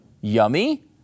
yummy